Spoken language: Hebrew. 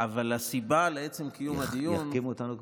אבל הסיבה לעצם קיום הדיון, יחכים אותנו כבודו.